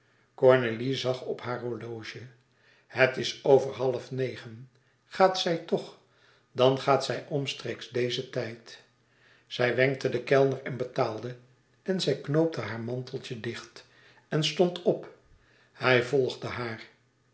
cornélie zag op haar horloge het is over half negen gaat zij toch dan gaat zij omstreeks dezen tijd zij wenkte den kellner en betaalde en zij knoopte haar manteltje dicht en stond op hij volgde haar